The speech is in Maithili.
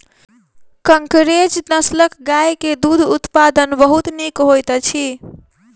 कंकरेज नस्लक गाय के दूध उत्पादन बहुत नीक होइत अछि